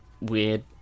weird